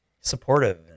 supportive